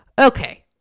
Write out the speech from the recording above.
okay